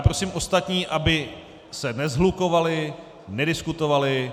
Prosím ostatní, aby se neshlukovali, nediskutovali.